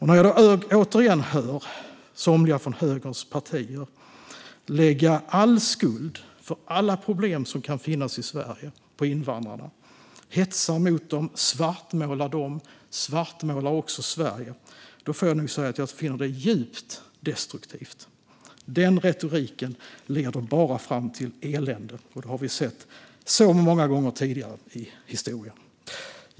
När jag återigen hör somliga från högerns partier lägga all skuld för alla problem som kan finnas i Sverige på invandrarna - man hetsar mot dem, svartmålar dem och svartmålar Sverige - finner jag det djupt destruktivt. Den retoriken leder bara fram till elände, och det har vi sett så många gånger tidigare i historien.